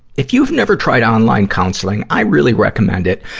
if you've never tried online counseling, i really recommend it.